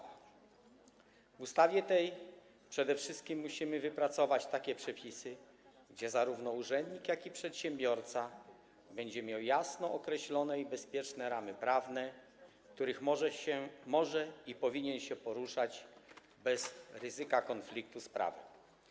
W ustawie tej przede wszystkim musimy wypracować takie przepisy, by zarówno urzędnik, jak i przedsiębiorca mieli jasno określone i bezpieczne ramy prawne, w których mogliby i powinni się poruszać bez ryzyka konfliktu z prawem.